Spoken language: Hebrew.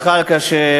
זחאלקה,